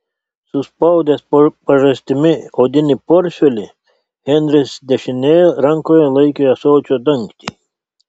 suspaudęs po pažastimi odinį portfelį henris dešinėje rankoje laikė ąsočio dangtį